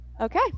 Okay